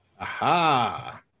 Aha